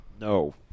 No